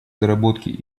доработки